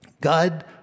God